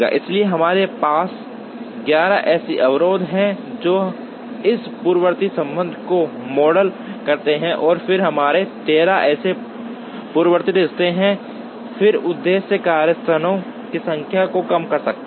इसलिए हमारे पास 11 ऐसे अवरोध हैं जो इस पूर्ववर्ती संबंध को मॉडल करते हैं और फिर हमारे 13 ऐसे पूर्ववर्ती रिश्ते हैं फिर उद्देश्य कार्यस्थानों की संख्या को कम करना है